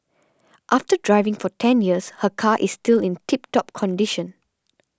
after driving for ten years her car is still in tip top condition